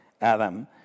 Adam